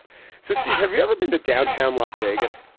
so steve, have you ever been to downtown las vegas?